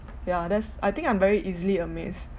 yeah that's I think I'm very easily amazed